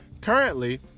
currently